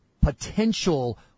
potential